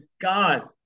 God